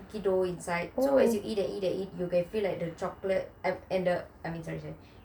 cookie dough inside so as you eat and eat and eat you can feel like the chocolate and the I mean sorry sorry